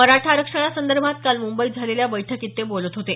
मराठा आरक्षणासंदर्भात काल मुंबईत झालेल्या बैठकीत ते बोलत होते